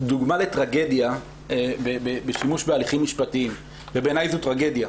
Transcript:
דוגמה לטרגדיה בשימוש בהליכים משפטיים ובעיניי זו טרגדיה.